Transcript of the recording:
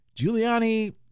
Giuliani